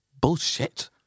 Bullshit